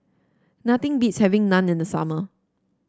nothing beats having Naan in the summer